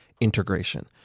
Integration